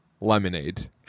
Lemonade